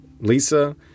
Lisa